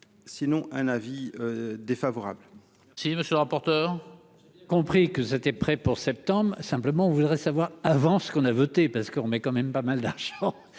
sinon un avis défavorable.